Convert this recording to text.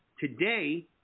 today